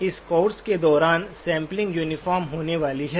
इस कोर्स के दौरान सैंपलिंग यूनिफार्म होने वाली है